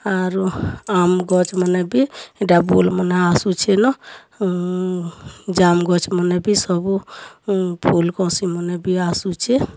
ଆରୁ ଆମ୍ବ ଗଛ୍ମାନେ ବି ଏଟା ବଉଲ୍ମାନେ ଆସୁଛେନ୍ ଯାମ୍ ଗଛ ମାନେ ବି ସବୁ ଫୁଲ କଷି ମାନେ ବି ଆସୁଛେ